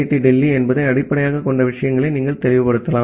D Delhi என்பதை அடிப்படையாகக் கொண்டு விஷயங்களை நீங்கள் தெளிவுபடுத்தலாம்